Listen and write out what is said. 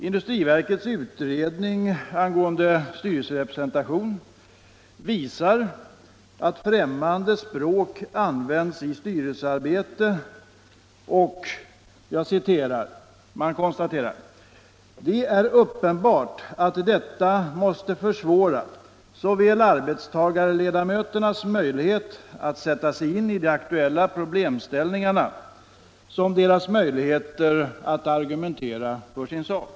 Industriverkets utredning rörande styrelserepresentation visar att främmande språk an Nr 44 vänds i styrelsearbetet, och verket konstaterar att det är uppenbart att detta måste försvåra såväl arbetstagarledamöternas möjligheter att sätta sig in i de aktuella problemställningarna som deras möjligheter att ar Sören RR gumentera för sin sak.